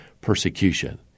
persecution